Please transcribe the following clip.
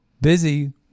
busy